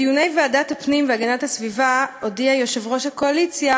בדיוני ועדת הפנים והגנת הסביבה הודיע יושב-ראש הקואליציה,